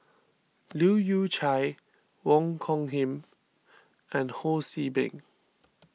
Leu Yew Chye Wong Hung Khim and Ho See Beng